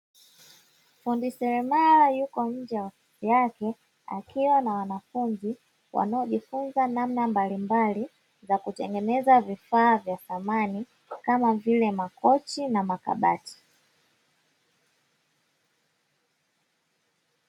Fundi seremala yupo nje ya ofisi yake, akiwa na wanafunzi wanaojifunza namna mbalimbali za kutengeneza, vifaa vya samani kama vile makochi na makabati.